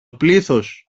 πλήθος